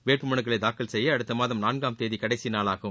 வேட்பு மனுக்களை தாக்கல் செய்ய அடுத்த மாதம் நான்காம் தேதி கடைசி நாளாகும்